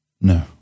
No